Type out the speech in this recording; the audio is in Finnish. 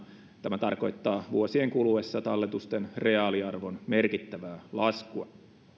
tämä tarkoittaa vuosien kuluessa talletusten reaaliarvon merkittävää laskua arvoisa